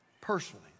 personally